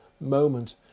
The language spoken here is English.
moment